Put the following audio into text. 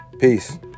Peace